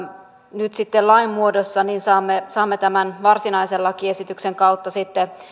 nyt sitten lain muodossa saamme saamme tämän varsinaisen lakiesityksen kautta sitten